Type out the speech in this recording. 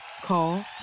Call